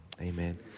Amen